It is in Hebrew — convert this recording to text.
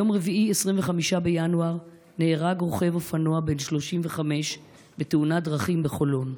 ביום רביעי 25 בינואר נהרג רוכב אופנוע בן 35 בתאונת דרכים בחולון.